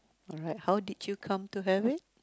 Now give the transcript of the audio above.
alright how did you come to have it